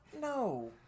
no